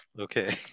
okay